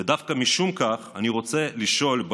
ודווקא משום כך אני רוצה לשאול,